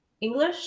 English